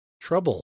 trouble